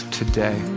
today